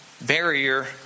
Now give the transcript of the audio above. barrier